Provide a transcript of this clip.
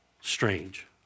strange